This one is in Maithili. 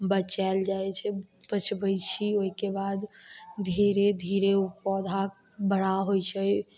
बचायल जाइ छै बचबय छी ओइके बाद धीरे धीरे उ पौधा बड़ा होइ छै